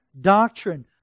doctrine